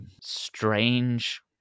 strange